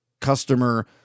customer